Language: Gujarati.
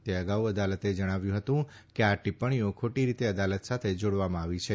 તે અગાઉ અદાલતે જણાવ્યું હતું કે આ ટીપ્પણીઓ ખોટી રીતે અદાલત સાથે જાડવામાં આવી છે